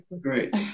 great